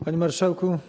Panie Marszałku!